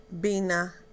bina